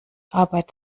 arbeit